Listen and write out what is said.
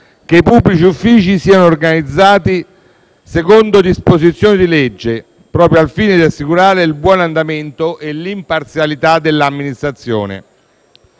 che i pubblici uffici siano organizzati secondo disposizioni di legge, proprio al fine di assicurare il buon andamento e l'imparzialità dell'amministrazione.